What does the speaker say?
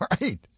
Right